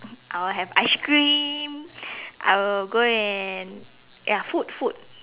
I will have ice cream I will go and ya food food